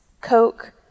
coke